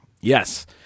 Yes